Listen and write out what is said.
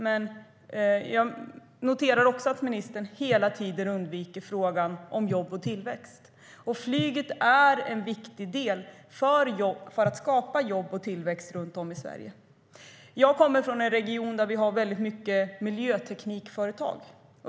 Men jag noterar också att ministern hela tiden undviker frågan om jobb och tillväxt. Flyget är en viktig del för att skapa jobb och tillväxt runt om i Sverige. Jag kommer från en region där vi har många miljöteknikföretag.